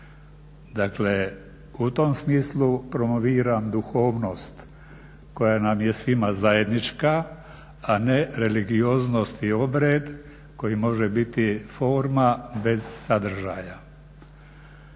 Dakle, u tom smislu promoviram duhovnost koja nam je svima zajednička a ne religioznost i obred koji može biti forma bez sadržaja.